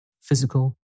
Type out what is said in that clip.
physical